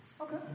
Okay